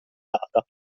data